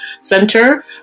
center